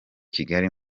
kigali